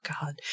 God